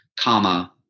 comma